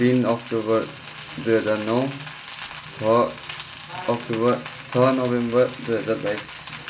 तिन अक्टोबर दुई हजार नौ छ अक्टोबर छ नोभेम्बर दुई हजार बाइस